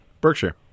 Berkshire